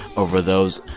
over those,